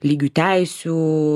lygių teisių